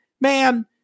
Man